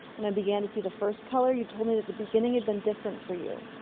when i began to see the first color, you told me that the beginning had been different for you.